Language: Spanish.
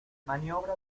maniobra